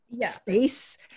space